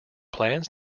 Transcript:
plans